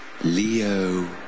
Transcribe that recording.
Leo